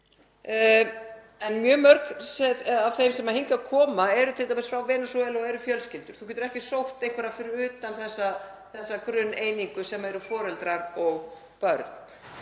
en mjög mörg af þeim sem hingað koma eru t.d. frá Venesúela, og það eru fjölskyldur. Þú getur ekki sótt einhverja fyrir utan þessa grunneiningu sem eru foreldrar og börn.